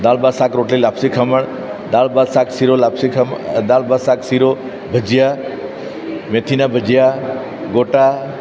દાળભાત શાક રોટલી લાપસી ખમણ દાળભાત શાક શીરો લાપસી ખમણ દાળભાત શાક શીરો ભજીયા મેથીના ભજીયા ગોટા